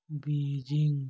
Beijing